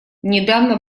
недавно